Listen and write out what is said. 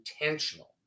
intentional